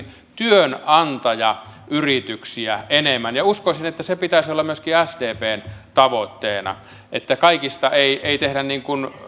työnantajayrityksiä enemmän ja uskoisin että sen pitäisi olla myöskin sdpn tavoitteena että kaikista ei ei tehdä